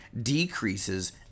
decreases